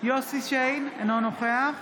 יוסף שיין, אינו נוכח